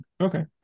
Okay